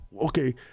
okay